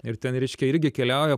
ir ten reiškia irgi keliauja